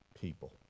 people